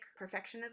perfectionism